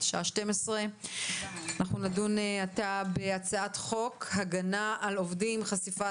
השעה 12:00. אנחנו נדון בהצעת חוק הגנה על עובדים (חשיפת